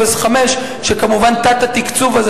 שכמובן תת-התקצוב הזה,